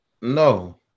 no